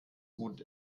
gut